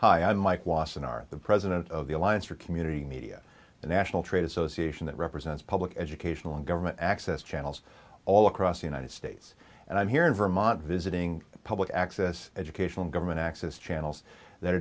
hi i'm mike wassenaar the president of the alliance for community media a national trade association that represents public educational and government access channels all across the united states and i'm here in vermont visiting public access educational government access channels that are